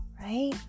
right